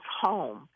home